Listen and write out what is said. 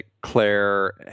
Claire